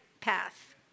path